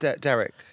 Derek